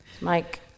Mike